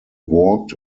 walked